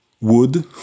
wood